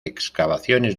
excavaciones